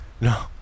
No